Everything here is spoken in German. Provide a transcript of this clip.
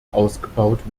ausgebaut